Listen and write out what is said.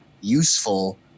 useful